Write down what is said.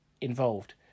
involved